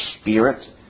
spirit